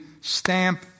stamp